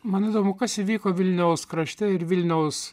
man įdomu kas įvyko vilniaus krašte ir vilniaus